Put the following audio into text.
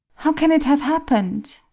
how can it have happened?